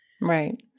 right